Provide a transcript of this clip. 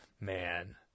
Man